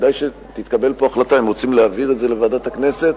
כדאי שתתקבל פה החלטה אם רוצים להעביר את זה לוועדת הכנסת